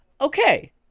okay